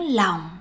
lòng